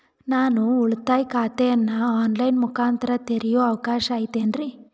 ನಾನು ಉಳಿತಾಯ ಖಾತೆಯನ್ನು ಆನ್ ಲೈನ್ ಮುಖಾಂತರ ತೆರಿಯೋ ಅವಕಾಶ ಐತೇನ್ರಿ?